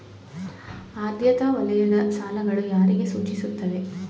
ಆದ್ಯತಾ ವಲಯದ ಸಾಲಗಳು ಯಾರಿಗೆ ಸೂಚಿಸುತ್ತವೆ?